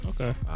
Okay